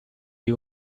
you